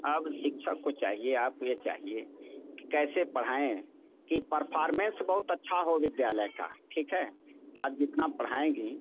अब शिक्षक को चाहिए आप ये चाहिए कि कैसे पढ़ाएँ कि परफार्मेंस बहुत अच्छा हो विद्यालय का ठीक है आप जितना पढ़ाएँगी